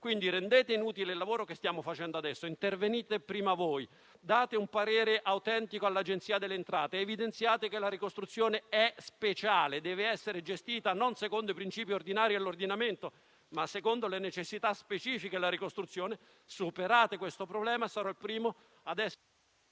Quindi, rendete inutile il lavoro che stiamo facendo adesso; intervenite prima voi; date un parere autentico all'Agenzia delle entrate; evidenziate che la ricostruzione è speciale e deve essere gestita secondo non i principi ordinari dell'ordinamento, ma secondo le necessità specifiche della ricostruzione. Superate questo problema e sarò il primo ad essere